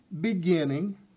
beginning